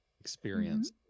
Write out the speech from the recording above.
experience